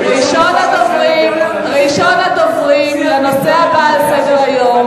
ראשון הדוברים בנושא הבא על סדר-היום,